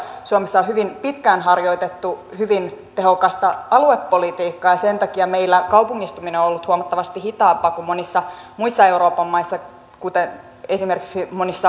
suomessa on hyvin pitkään harjoitettu hyvin tehokasta aluepolitiikkaa ja sen takia meillä kaupungistuminen on ollut huomattavasti hitaampaa kuin monissa muissa euroopan maissa kuten esimerkiksi monissa pohjoismaissa